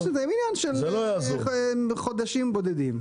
לא שנתיים, עניין של חודשים בודדים.